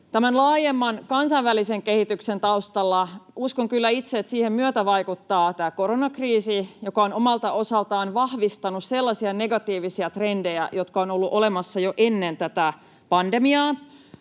Tämän laajemman kansainvälisen kehityksen taustalla, uskon kyllä itse, myötävaikuttaa tämä koronakriisi, joka on omalta osaltaan vahvistanut sellaisia negatiivisia trendejä, jotka ovat olleet olemassa jo ennen tätä pandemiaa,